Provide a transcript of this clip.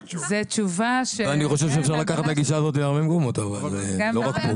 אני חושב שאפשר לקחת את הגישה הזאת להרבה מקומות ולא רק כאן.